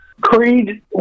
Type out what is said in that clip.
Creed